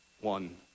one